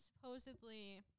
supposedly